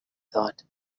thought